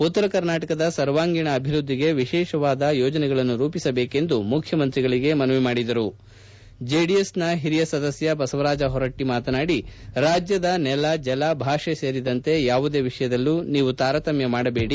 ಉತ್ತರ ಕರ್ನಾಟಕದ ಸರ್ವಾಂಗೀಣ ಅಭಿವ್ಯದ್ಧಿಗೆ ವಿಶೇಷವಾದ ಯೋಜನೆಗಳನ್ನು ರೂಪಿಸಬೇಕೆಂದು ಮುಖ್ಯಮಂತ್ರಿಗೆ ಮನವಿ ಮಾಡಿದರು ಜೆಡಿಎಸ್ನ ಹಿರಿಯ ಸದಸ್ಯ ಬಸವರಾಜ ಹೊರಟ್ಟಿ ಮಾತನಾಡಿ ರಾಜ್ಯದ ನೆಲ ಜಲ ಭಾಷೆ ಸೇರಿದಂತೆ ಯಾವುದೇ ವಿಷಯದಲ್ಲೂ ನೀವು ತಾರತಮ್ಯ ಮಾಡಬೇಡಿ